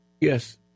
Yes